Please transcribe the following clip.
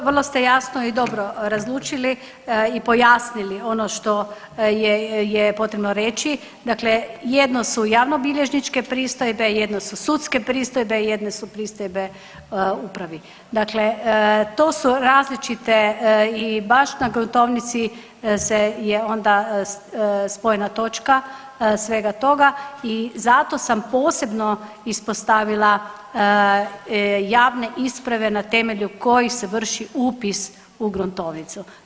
Dakle, vrlo ste jasno i dobro razlučili i pojasnili ono što je potrebno reći, dakle jedno su javnobilježničke pristojbe, jedno su sudske pristojbe, jedne su pristojbe upravi dakle to su različite i baš na gruntovnici je onda spojna točka svega toga i zato sam posebno ispostavila javne isprave na temelju kojih se vrši upis u gruntovnicu.